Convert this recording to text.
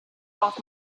off